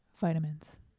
vitamins